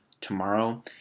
tomorrow